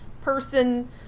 person